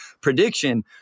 prediction